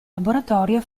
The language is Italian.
laboratorio